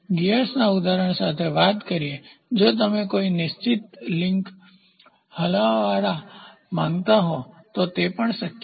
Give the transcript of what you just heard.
ગિયર્સના ઉદાહરણ સાથે વાત કરીએ જો તમે કોઈ નિશ્ચિત લિંક હલાવવાચળવળ કરવા માંગતા હો તો તે પણ શક્ય છે